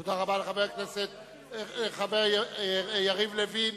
תודה רבה לחבר הכנסת יריב לוין.